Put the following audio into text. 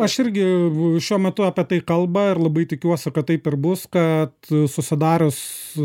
aš irgi šiuo metu apie tai kalba ir labai tikiuosi kad taip ir bus kad susidarius